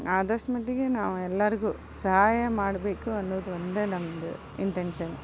ಆದಷ್ಟು ಮಟ್ಟಿಗೆ ನಾವು ಎಲ್ಲರ್ಗೂ ಸಹಾಯ ಮಾಡಬೇಕು ಅನ್ನೋದು ಒಂದೇ ನಮ್ಮದು ಇಂಟೆನ್ಷನ್